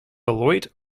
beloit